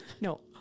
No